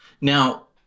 Now